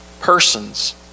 Persons